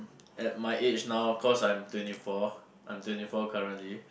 at my age now cause I'm twenty four I'm twenty four currently